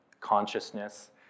consciousness